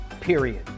period